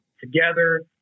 together